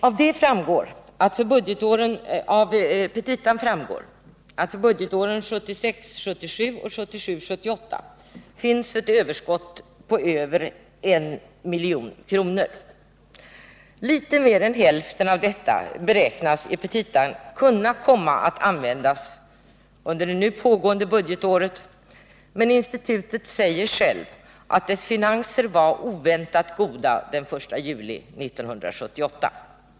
Av petitan framgår att för budgetåren 1976 78 finns ett överskott på över 1 milj.kr. Litet mer än hälften av detta belopp beräknas i petitan kunna komma att användas under nu pågående budgetår. Men på institutet säger man att den ekono Nr 120 miska situationen var oväntat god den 1 juli 1978.